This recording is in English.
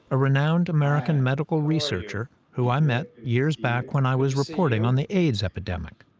a renowned american medical researcher who i met years back when i was reporting on the aids epidemic.